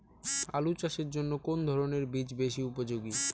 আলু চাষের জন্য কোন ধরণের বীজ বেশি উপযোগী?